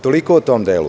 Toliko o tom delu.